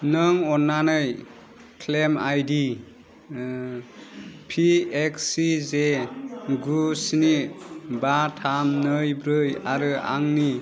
नों अन्नानै क्लेम आइदि फिएक्ससिजे गु स्नि बा थाम नै ब्रै आरो आंनि